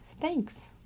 thanks